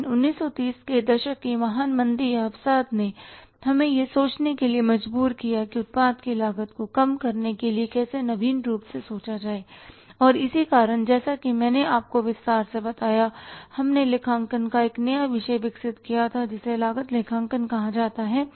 लेकिन 1930 के दशक की महान मंदी या अवसाद ने हमें यह सोचने के लिए मजबूर किया कि उत्पाद की लागत को कम करने के लिए कैसे नवीन रूप से सोचा जाए और इसी कारण जैसा कि मैंने आपको विस्तार से बताया हमने लेखांकन का एक नया विषय विकसित किया जिसे लागत लेखांकन कहा जाता है